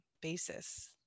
basis